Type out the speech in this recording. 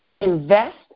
invest